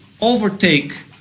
overtake